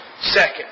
second